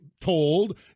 told